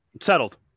settled